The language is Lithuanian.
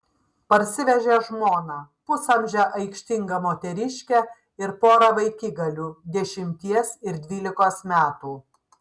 parsivežė žmoną pusamžę aikštingą moteriškę ir porą vaikigalių dešimties ir dvylikos metų